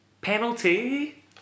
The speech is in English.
Penalty